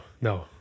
no